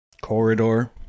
corridor